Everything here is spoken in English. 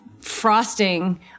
frosting